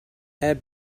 add